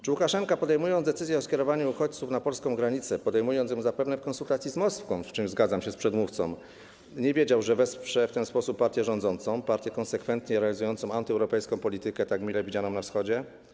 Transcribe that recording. Czy Łukaszenka, podejmując decyzję o skierowaniu uchodźców na polską granicę, podejmując ją zapewne w konsultacji z Moskwą, w czym zgadzam się z przedmówcą, nie wiedział, że wesprze w ten sposób partię rządzącą, partię konsekwentnie realizującą antyeuropejską politykę, tak mile widzianą na Wschodzie?